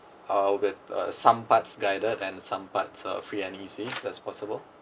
uh with uh some parts guided and some parts uh free and easy if that's possible